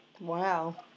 wow